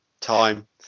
time